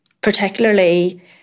Particularly